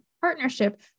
partnership